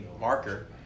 marker